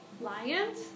Lions